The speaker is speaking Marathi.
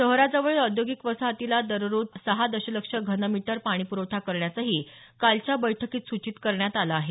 शहराजवळील औद्योगिक वसाहतीला दररोज सहा दशलक्ष घनमीटर पाणीप्रवठा करण्याचंही कालच्या बैठकीत सूचित करण्यात आलं आहे